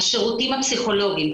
השירותים הפסיכולוגיים,